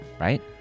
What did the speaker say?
right